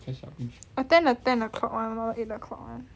attend the ten o'clock [one] or eight o'clock [one]